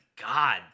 God